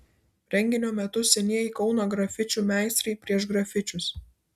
renginio metu senieji kauno grafičių meistrai pieš grafičius